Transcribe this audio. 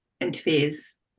interferes